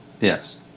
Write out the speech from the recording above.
Yes